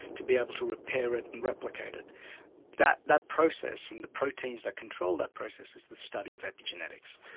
to be able to repair it and replicate it, that that process, and the proteins that control that process, is the study of epigenetics.